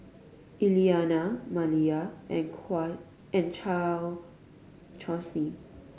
Elianna Maliyah and and